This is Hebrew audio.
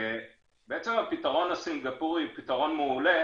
בעצם הפתרון הסינגפורי הוא פתרון מעולה.